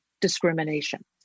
discrimination